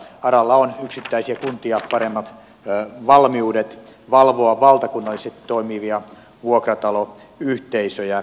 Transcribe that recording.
aralla on yksittäisiä kuntia paremmat valmiudet valvoa valtakunnallisesti toimivia vuokrataloyhteisöjä